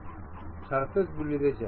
এটি এখন এই সারফেসের ট্যান্জেন্ট